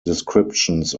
descriptions